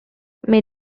may